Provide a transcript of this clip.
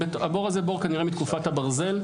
הבור הזה הוא בור כנראה מתקופת הברזל,